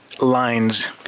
lines